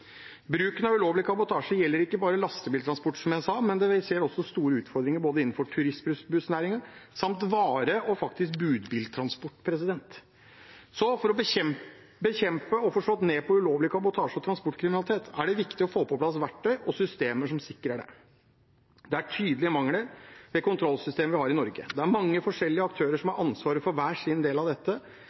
Bruken av ulovlig kabotasje gjelder ikke bare lastebiltransport, som jeg sa, vi ser også store utfordringer både innenfor turistbussnæringen og innenfor vare- og budbiltransport. For å bekjempe og få slått ned på ulovlig kabotasje og transportkriminalitet er det viktig å få på plass verktøy og systemer som sikrer det. Det er tydelige mangler ved kontrollsystemet vi har i Norge. Det er mange forskjellige aktører som har ansvaret for hver sin del av dette.